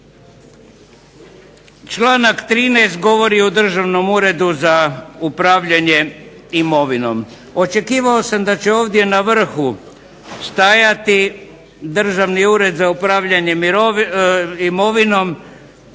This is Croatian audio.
Članak 13. govori o Državnom uredu za upravljanje imovinom. Očekivao sam da će ovdje na vrhu stajati Državni ured za upravljanje imovinom,